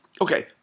okay